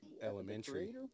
Elementary